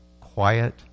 quiet